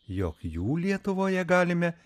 jog jų lietuvoje galime